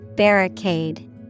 Barricade